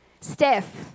Steph